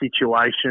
situation